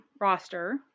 roster